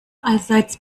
allseits